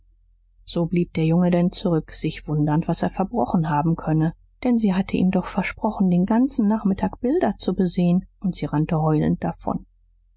so blieb der junge denn zurück sich wundernd was er verbrochen haben könne denn sie hatte ihm doch versprochen den ganzen nachmittag bilder zu besehen und sie rannte heulend davon